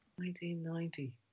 1990